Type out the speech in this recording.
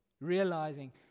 Realizing